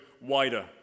wider